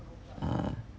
uh